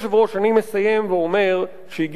אני מסיים ואומר שהגיע הזמן,